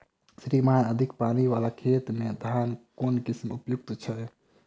श्रीमान अधिक पानि वला खेत मे केँ धान केँ किसिम उपयुक्त छैय?